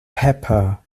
pepper